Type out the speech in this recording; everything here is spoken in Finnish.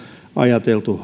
ajateltu